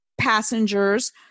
passengers